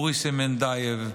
אורי סמנדייב,